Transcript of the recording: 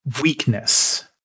Weakness